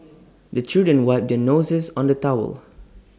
the children wipe their noses on the towel